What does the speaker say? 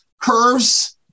curves